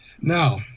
Now